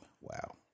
Wow